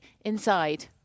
inside